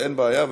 אין בעיה,